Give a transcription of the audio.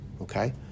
okay